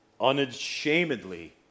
unashamedly